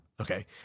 Okay